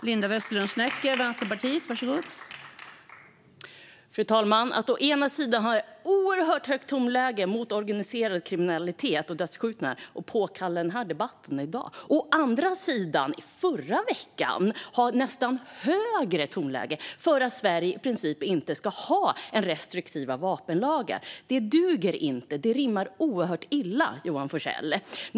Fru talman! Att å ena sidan ha ett oerhört högt tonläge mot organiserad kriminalitet och dödsskjutningar och påkalla denna debatt i dag och å andra sidan i förra veckan ha nästan högre tonläge för att Sverige i princip inte ska ha restriktiva vapenlagar duger inte. Det rimmar oerhört illa, Johan Forssell.